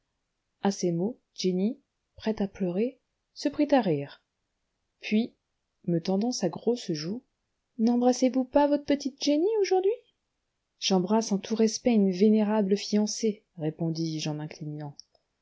à ces mots jenny prête à pleurer se prit à rire puis me tendant sa grosse joue nembrassez vous pas votre petite jenny aujourd'hui j'embrasse en tout respect une vénérable fiancée répondis-je en